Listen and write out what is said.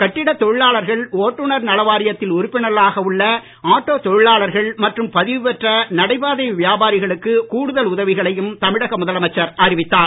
கட்டிடத் தொழிலாளர்கள் ஓட்டுனர் நலவாரியத்தில் உறுப்பினர்களாக உள்ள தொழிலாளர்கள் மற்றும் பதிவு பெற்ற நடைபாதை வியாபாரிகளுக்கு கூடுதல் உதவிகளையும் தமிழக முதலமைச்சர் அறிவித்தார்